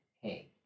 Hey